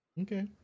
Okay